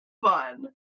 fun